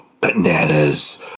bananas